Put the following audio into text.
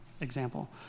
example